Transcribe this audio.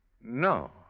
No